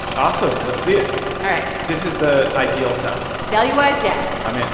awesome. let's see it all right this is the ideal salad value-wise, yes i'm in.